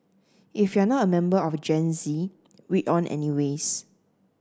if you're not a member of Gen Z read on anyways